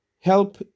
Help